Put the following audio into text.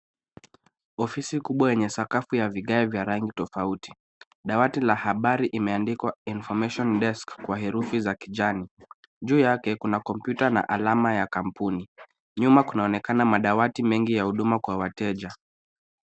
Ofisi kubwa yenye sakafu ya vigae vya rangi tofauti. Dawati la habari imeandikwa information desk kwa herufi za kijani. Juu yake kuna kompyuta na alama ya kampuni. Nyuma kunaonekana madawati mengi ya huduma kwa wateja.